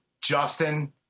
Justin